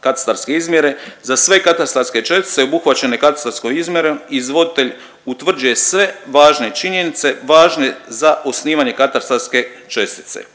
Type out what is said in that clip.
katastarske izmjere za sve katastarske čestice obuhvaćene katastarskom izmjerom izvoditelj utvrđuje sve važne činjenice važne za osnivanje katastarske čestice.